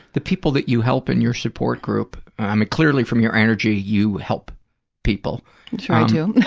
the people that you help in your support group, um ah clearly from your energy you help people you know